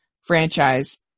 franchise